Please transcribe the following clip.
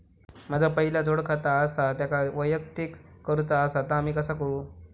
माझा पहिला जोडखाता आसा त्याका वैयक्तिक करूचा असा ता मी कसा करू?